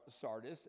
Sardis